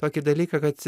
tokį dalyką kad